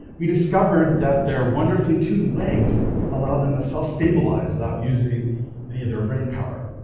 we discovered that their wonderfully tuned legs allow them to self-stabilize without using any of their brainpower.